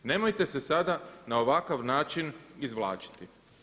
Nemojte se sada na ovakav način izvlačiti.